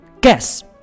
Guess